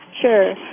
Sure